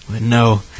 no